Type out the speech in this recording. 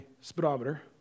speedometer